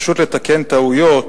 פשוט לתקן טעויות,